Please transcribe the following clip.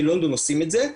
בלונדון עושים את זה,